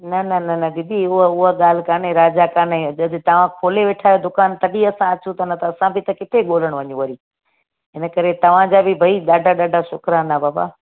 न न न न दीदी उहा उहा ॻाल्हि कान्हे राजा कान्हे जॾहिं तव्हां खोले वेठा आहियो दुकानु तॾहिं असां अचूं था न त असां बि त किथे ॻोल्हण वञूं वरी इन करे तव्हांजा बि भई ॾाढा ॾाढा शुक्राना बाबा